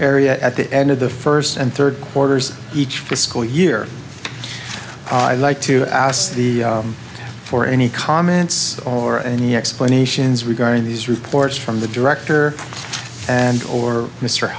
area at the end of the first and third quarters each school year i'd like to ask the for any comments or any explanations regarding these reports from the director and or mr